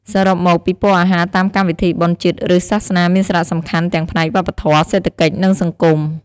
សរុបមក ពិព័រណ៍អាហារតាមកម្មវិធីបុណ្យជាតិឬសាសនាមានសារៈសំខាន់ទាំងផ្នែកវប្បធម៌ សេដ្ឋកិច្ច និងសង្គម។